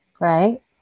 right